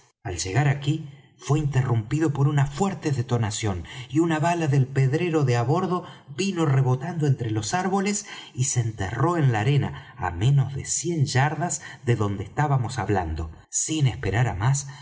al llegar aquí fué interrumpido por una fuerte detonación y una bala del pedrero de á bordo vino rebotando entre los árboles y se enterró en la arena á menos de cien yardas de donde estábamos hablando sin esperar á más